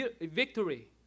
victory